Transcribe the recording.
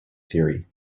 theory